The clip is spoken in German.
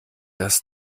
das